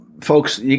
folks